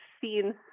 seen